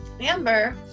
Amber